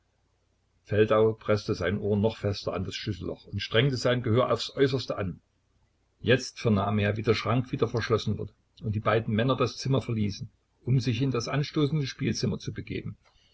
feldau preßte sein ohr noch fester an das schlüsselloch und strengte sein gehör aufs äußerste an jetzt vernahm er wie der schrank wieder verschlossen wurde und die beiden männer das zimmer verließen um sich in das anstoßende spielzimmer zu begeben